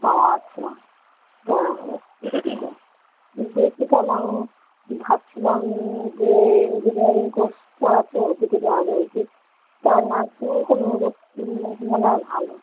আচ্ছা তা দেখি তাহলে আমি ভাবছিলাম যে ইঞ্জিনিয়ারিং কোর্স তো আছে ওই দিকে যাওয়া যায় কি তা নার্সিংয়ে তো আমাদের মনে হয় ভালো